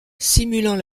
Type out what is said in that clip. simulant